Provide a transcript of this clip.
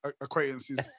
acquaintances